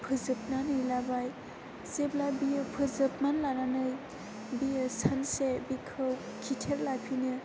फोजोबनानै लाबाय जेब्ला बियो फोजोबनानै लानानै बियो सानसे बिखौ खिथेर लाफिनो